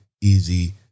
easy